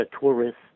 tourists